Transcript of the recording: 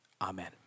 Amen